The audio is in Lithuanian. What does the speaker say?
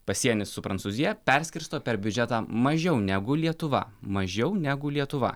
pasienis su prancūzija perskirsto per biudžetą mažiau negu lietuva mažiau negu lietuva